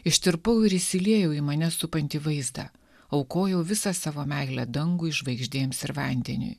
ištirpau ir įsiliejau į mane supantį vaizdą aukojau visą savo meilę dangui žvaigždėms ir vandeniui